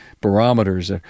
barometers